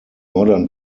modern